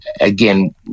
Again